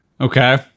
Okay